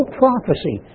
prophecy